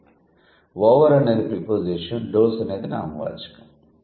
'over' అనేది preposition 'dose' అనేది నామవాచకం